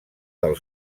del